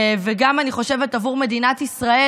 ואני חושבת שגם בעבור מדינת ישראל,